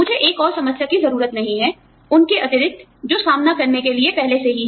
मुझे एक और समस्या की जरूरत नहीं है उनके अतिरिक्त जो सामना करने के लिए पहले से ही है